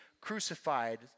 crucified